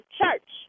church